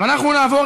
חבר הכנסת